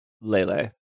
Lele